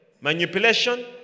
Manipulation